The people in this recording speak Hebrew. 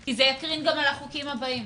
כי זה יקרין גם על החוקים הבאים.